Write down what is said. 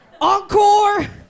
Encore